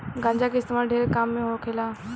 गांजा के इस्तेमाल ढेरे काम मे होखेला